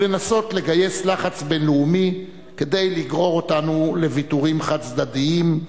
ולנסות לגייס לחץ בין-לאומי כדי לגרור אותנו לוויתורים חד-צדדיים,